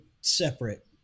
separate